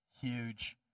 huge